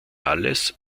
alles